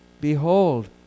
behold